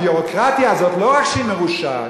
הביורוקרטיה הזאת לא רק שהיא מרושעת,